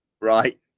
right